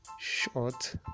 short